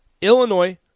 Illinois